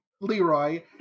Leroy